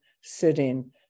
sitting